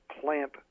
plant